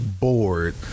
bored